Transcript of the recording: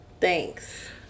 Thanks